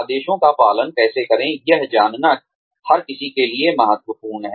आदेशों का पालन कैसे करें यह जानना हर किसी के लिए महत्वपूर्ण है